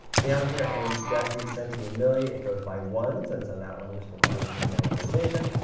down here and deci, centi, and milli, it goes by ones, and so that one just requires a little more memorization,